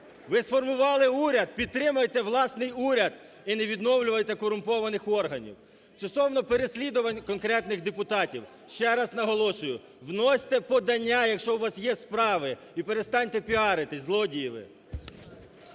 ви сформували уряд, підтримайте власний уряд і не відновлюйте корумпованих органів. Стосовно переслідування конкретних депутатів, ще раз наголошую: вносьте подання, якщо у вас є справи, і перестаньте піаритись, злодії ви!